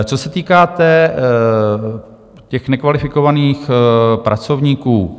Co se týká těch nekvalifikovaných pracovníků.